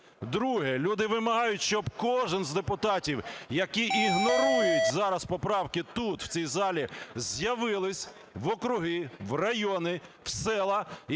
Друге. Люди вимагають, щоб кожен з депутатів, які ігнорують зараз поправки тут, в цій залі, з'явились в округи, в райони, в села